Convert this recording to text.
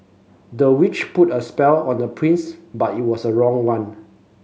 the witch put a spell on the prince but it was the wrong one